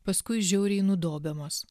paskui žiauriai nudobiamos